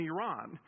Iran